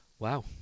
Wow